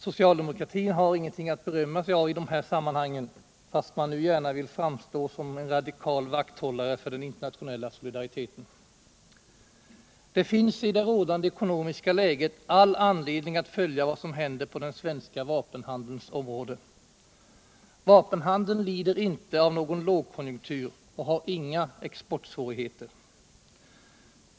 Socialdemokratin har ingenting att berömma sig av i de här sammanhangen, fast den nu gärna vill framstå som en radikal vakthållare för den internationella solidariteten. Det finns i det rådande ekonomiska läget all anledning att följa vad som händer på den svenska vapenhandelns område. Vapenhandeln lider inte av någon lågkonjunktur och har inga exportsvårigheter.